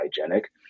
hygienic